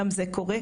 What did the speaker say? גם זה קורה,